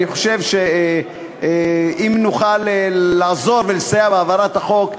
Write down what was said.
אני חושב שאם נוכל לעזור ולסייע בהעברת החוק,